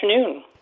afternoon